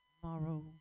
Tomorrow